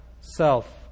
self